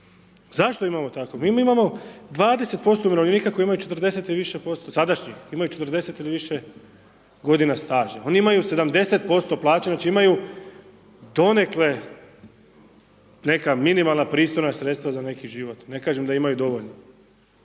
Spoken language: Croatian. Zašto imamo tako? Mi imamo 20% umirovljenika koji imaju 40 i više posto, sadašnjih, imaju 40 ili više godina staža. Oni imaju 70% plaćeno, znači imaju donekle neka minimalna pristojna sredstva za neki život, ne kažem da imaju dovoljno